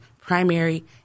primary